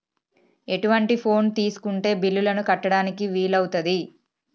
ఎటువంటి ఫోన్ తీసుకుంటే బిల్లులను కట్టడానికి వీలవుతది?